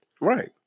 Right